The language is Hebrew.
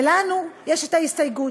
לנו יש הסתייגות,